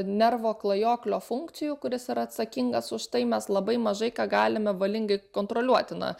nervo klajoklio funkcijų kuris yra atsakingas už tai mes labai mažai ką galime valingai kontroliuoti na